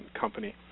company